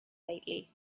lately